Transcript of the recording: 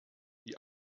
die